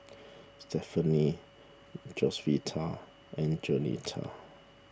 Stefanie Josefita and Jaunita